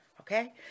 Okay